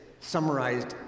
summarized